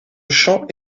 champ